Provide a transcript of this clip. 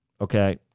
okay